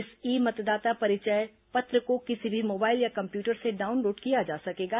इस ई मतदाता परिचय पत्र को किसी भी मोबाइल या कम्प्यूटर से डाउनलोड किया जा सकेगा